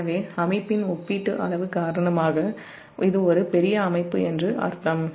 எனவே அமைப்பின் ஒப்பீட்டு அளவு காரணமாக இது ஒரு பெரிய அமைப்பு என்று அர்த்தம்